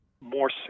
more